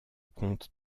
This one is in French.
compte